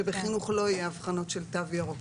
שבחינוך לא יהיו אבחנות של תו ירוק.